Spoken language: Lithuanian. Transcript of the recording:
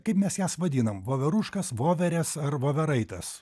kaip mes jas vadinam voveruškas voveres ar voveraites